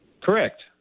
Correct